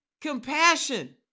compassion